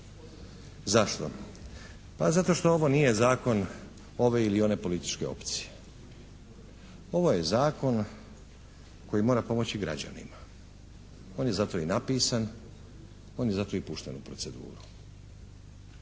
Zašto? Pa zato što ovo nije zakon ove ili one političke opcije. Ovo je zakon koji mora pomoći građanima. On je zato i napisan, on je zato i pušten u proceduru.